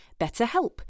BetterHelp